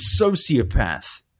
sociopath